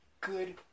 Good